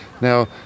Now